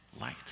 light